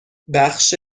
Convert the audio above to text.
بخش